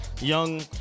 young